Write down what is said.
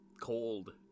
cold